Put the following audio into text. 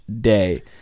day